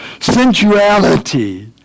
Sensuality